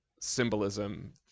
symbolism